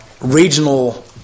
regional